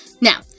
Now